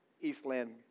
Eastland